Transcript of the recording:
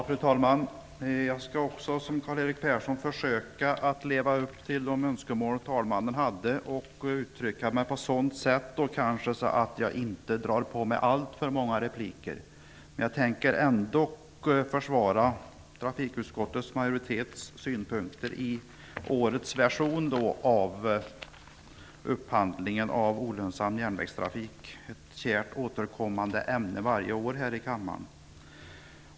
Fru talman! Jag skall också, som Karl-Erik Persson, försöka leva upp till de önskemål som fru talmannen hade och uttrycka mig på sådant sätt att jag inte drar på mig alltför många repliker. Jag tänker ändock försvara trafikutskottets majoritets synpunkter i årets version av upphandlingen av olönsam järnvägstrafik, ett kärt varje år återkommande ämne här i kammaren.